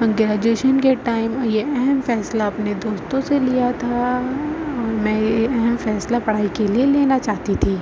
graduation کے time یہ اہم فیصلہ اپنے دوستوں سے لیا تھا اور میں یہ اہم فیصلہ پڑھائی کے لیے لینا چاہتی تھی